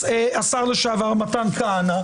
השר לשעבר מתן כהנא,